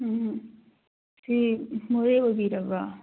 ꯎꯝ ꯁꯤ ꯃꯣꯔꯦ ꯑꯣꯏꯕꯤꯔꯕ꯭ꯔꯣ